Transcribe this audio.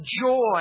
joy